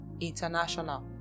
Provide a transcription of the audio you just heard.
International